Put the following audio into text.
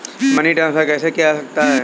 Money transfer कैसे किया जा सकता है?